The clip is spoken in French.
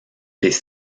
les